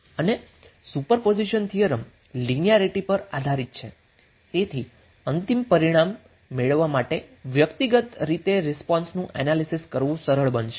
અને super position theorem linearity પર આધારિત છે તેથી અંતિમ પરિણામ મેળવવા માટે વ્યક્તિગત રીતે રિસ્પોન્સનું એનાલીસીસ કરવું સરળ બનશે